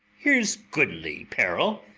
here's goodly parel,